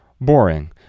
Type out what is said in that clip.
boring